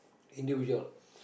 individual